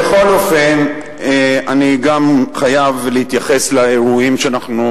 בכל אופן, אני חייב גם להתייחס לאירועים שאנחנו